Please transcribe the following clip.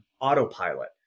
autopilot